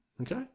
Okay